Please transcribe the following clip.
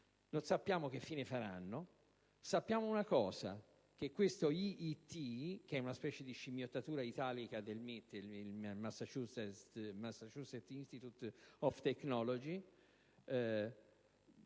Non sappiamo che fine essi faranno, ma sappiamo che questo IIT, che è una specie di scimmiottatura italica del Massachusetts Instituteof Technology